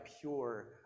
pure